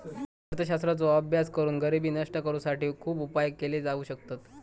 अर्थशास्त्राचो अभ्यास करून गरिबी नष्ट करुसाठी खुप उपाय केले जाउ शकतत